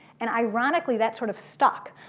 and ironically that sort of stuck.